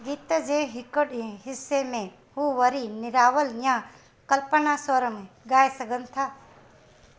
गीत जे हिकु ॾे हिस्से में हू वरी निरावल या कल्पना स्वरम ॻाए सघनि था